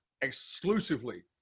exclusively